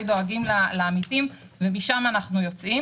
דואגים לעמיתים ומשם אנחנו יוצאים